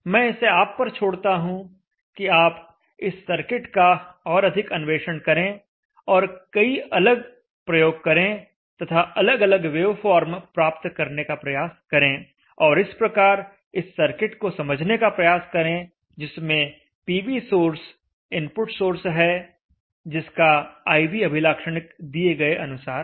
मैं इसे आप पर छोड़ता हूं कि आप इस सर्किट का और अधिक अन्वेषण करें और कई अलग प्रयोग करें तथा अलग अलग वेवफॉर्म प्राप्त करने का प्रयास करें और इस प्रकार इस सर्किट को समझने का प्रयास करें जिसमें पीवी सोर्स इनपुट सोर्स है जिसका I V अभिलाक्षणिक दिए गए अनुसार है